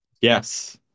Yes